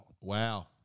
Wow